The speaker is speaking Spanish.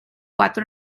cuatro